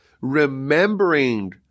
remembering